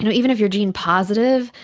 you know even if you are gene positive,